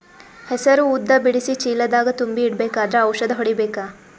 ಹೆಸರು ಉದ್ದ ಬಿಡಿಸಿ ಚೀಲ ದಾಗ್ ತುಂಬಿ ಇಡ್ಬೇಕಾದ್ರ ಔಷದ ಹೊಡಿಬೇಕ?